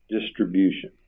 Distribution